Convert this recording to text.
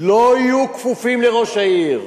לא יהיו כפופים לראש העיר.